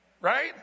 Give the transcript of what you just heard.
right